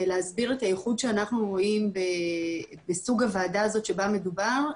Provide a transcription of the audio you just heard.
זה להסביר את הייחוד שאנחנו רואים בסוג הוועדה הזאת שבה מדובר,